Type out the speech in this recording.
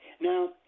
Now